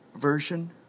Version